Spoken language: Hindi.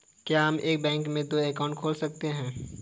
क्या हम एक बैंक में दो अकाउंट खोल सकते हैं?